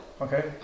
Okay